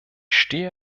stehe